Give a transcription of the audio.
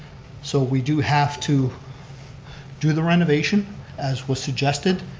so we do have to do the renovation as was suggested.